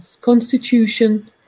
constitution